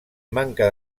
manca